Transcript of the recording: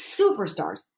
superstars